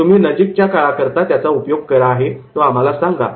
तुम्ही नजीकच्या काळाकरता याचा उपयोग कसा आहे ते आम्हाला सांगा